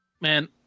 Man